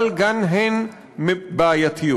אבל גם הן בעייתיות.